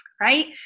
right